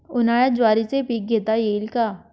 उन्हाळ्यात ज्वारीचे पीक घेता येईल का?